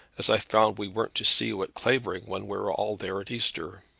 as i found we weren't to see you at clavering when we were all there at easter.